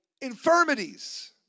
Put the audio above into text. infirmities